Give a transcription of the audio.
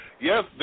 yes